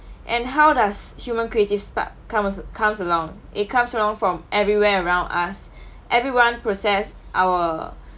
and how does human creative spark come~ comes along it comes along from everywhere around us everyone process our